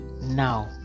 now